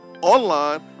online